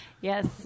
Yes